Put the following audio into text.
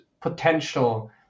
potential